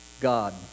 God